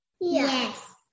Yes